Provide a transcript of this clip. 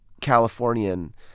Californian